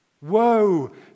Woe